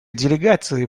делегации